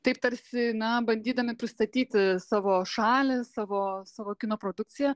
taip tarsi na bandydami pristatyti savo šalį savo savo kino produkciją